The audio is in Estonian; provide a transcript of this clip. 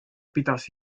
pidas